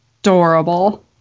adorable